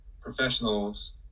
professionals